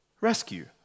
Rescue